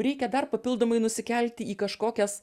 reikia dar papildomai nusikelti į kažkokias